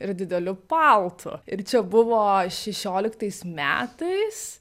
ir dideliu paltu ir čia buvo šešioliktais metais